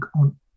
on